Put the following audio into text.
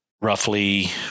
Roughly